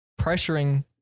pressuring